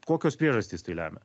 kokios priežastys tai lemia